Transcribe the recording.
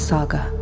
Saga